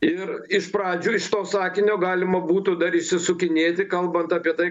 ir iš pradžių iš to sakinio galima būtų dar išsisukinėti kalbant apie tai kad